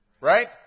right